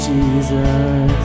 Jesus